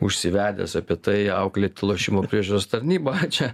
užsivedęs apie tai auklėti lošimų priežiūros tarnybą čia